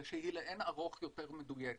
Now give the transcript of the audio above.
הוא שהיא לאין ערוך יותר מדויקת.